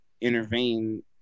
intervene